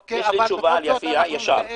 אוקיי, אבל בכל זאת אנחנו נתאם.